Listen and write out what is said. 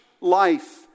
life